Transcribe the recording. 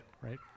right